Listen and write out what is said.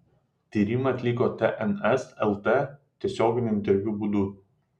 tyrimą atliko tns lt tiesioginio interviu būdu